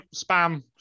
spam